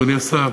אדוני השר,